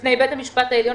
בפני בית המשפט העליון,